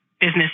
business